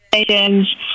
stations